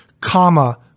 comma